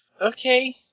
Okay